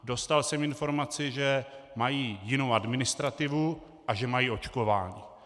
Dostal jsem informaci, že mají jinou administrativu a že mají očkování.